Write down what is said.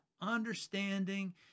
understanding